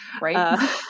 right